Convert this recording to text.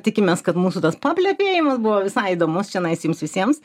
tikimės kad mūsų tas paplepėjimas buvo visai įdomus čionais jums visiems